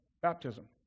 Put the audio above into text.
baptism